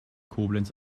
koblenz